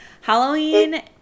halloween